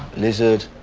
lizard